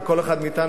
וכל אחד מאתנו,